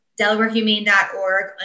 DelawareHumane.org